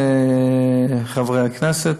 חברי הכנסת,